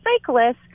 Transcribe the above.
cyclists